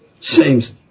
Seems